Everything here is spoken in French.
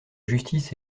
justice